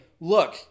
look